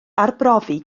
arbrofi